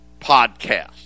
podcast